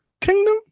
Kingdom